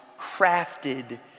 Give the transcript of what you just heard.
crafted